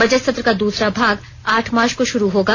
budget सत्र का दूसरा भाग आठ मार्च को शुरू होगा